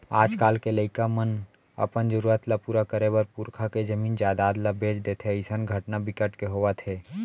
आजकाल के लइका मन अपन जरूरत ल पूरा करे बर पुरखा के जमीन जयजाद ल बेच देथे अइसन घटना बिकट के होवत हे